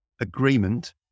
agreement